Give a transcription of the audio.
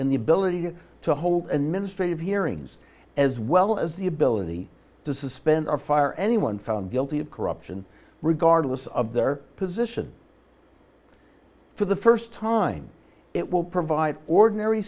and the ability to hold and ministry of hearings as well as the ability to suspend or fire anyone found guilty of corruption regardless of their position for the first time it will provide ordinary